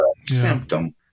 symptom